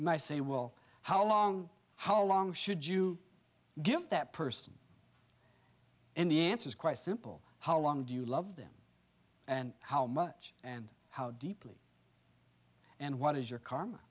i say will how long how long should you give that person and the answer is quite simple how long do you love them and how much and how deeply and what is your kar